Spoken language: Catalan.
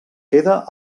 queda